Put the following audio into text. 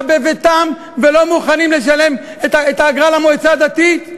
בביתם ולא מוכנים לשלם את האגרה למועצה הדתית?